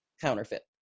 counterfeit